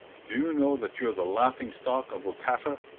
do you know that you're the laughing-stock of okata?